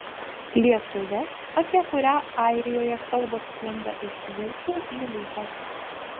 lietuvė apie kurią airijoje kalbos sklinda iš lūpų į lūpas